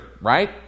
right